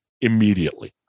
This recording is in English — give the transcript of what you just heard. immediately